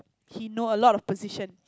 he know a lot of position